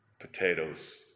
potatoes